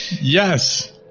Yes